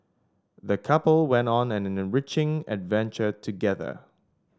the couple went on an enriching adventure together